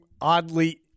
oddly